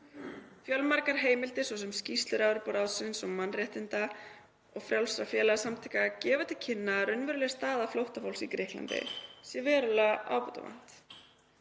Fjölmargar heimildir, svo sem skýrslur Evrópuráðsins og mannréttinda- og frjálsra félagasamtaka, gefi til kynna að raunverulegri stöðu flóttafólks í Grikklandi sé verulega ábótavant.